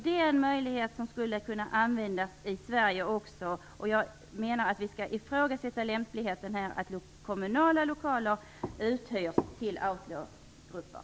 Det är en möjlighet som skulle kunna användas även i Sverige. Jag menar att vi skall ifrågasätta lämpligheten i att kommunala lokaler hyrs ut till outlaw-grupper.